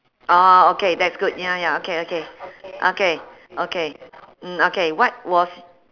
orh okay that's good ya ya okay okay okay okay mm okay what was